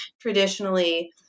traditionally